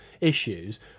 issues